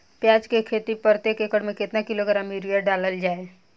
प्याज के खेती में प्रतेक एकड़ में केतना किलोग्राम यूरिया डालल जाला?